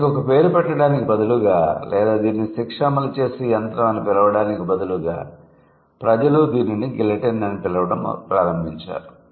దీనికి ఒక పేరు పెట్టడానికి బదులుగా లేదా దీనిని శిక్ష అమలు చేసే యంత్రం అని పిలవడానికి బదులుగా ప్రజలు దీనిని గిలెటిన్ అని పిలవడం ప్రారంభించారు